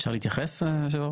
אפשר להתייחס, היושב ראש?